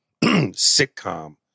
sitcom